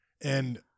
And-